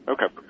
Okay